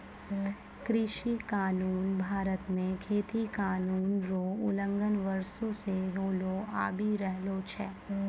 कृषि कानून भारत मे खेती कानून रो उलंघन वर्षो से होलो आबि रहलो छै